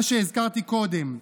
מה שהזכרתי קודם.